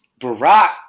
Barack